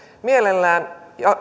mielelläni